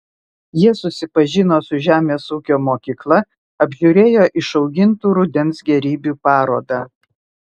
jie susipažino su žemės ūkio mokykla apžiūrėjo išaugintų rudens gėrybių parodą